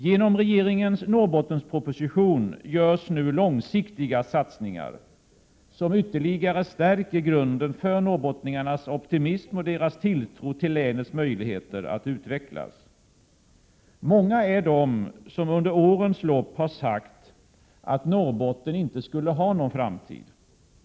Genom regeringens Norrbottensproposition görs nu långsiktiga satsningar, som ytterligare stärker grunden för norrbottningarnas optimism och tilltro till länets möjligheter att utvecklas. Många är de som under årens lopp har sagt att Norrbotten inte skulle ha någon framtid.